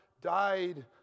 died